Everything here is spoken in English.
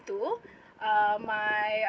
too uh my